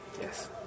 Yes